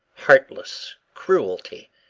heartless cruelty,